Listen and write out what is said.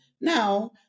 Now